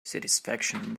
satisfaction